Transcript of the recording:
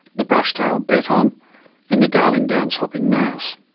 the brush tailed bettong and the darling downs hopping-mouse.